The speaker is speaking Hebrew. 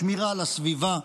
שמירה על הסביבה,